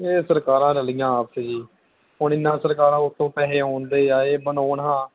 ਇਹ ਸਰਕਾਰਾਂ ਰਲੀਆਂ ਆਪਸ ਜੀ ਹੁਣ ਇੰਨਾ ਸਰਕਾਰਾਂ ਉੱਤੋਂ ਪੈਸੇ ਆਉਂਦੇ ਆ ਇਹ ਬਣਾਉਣ ਹਾਂ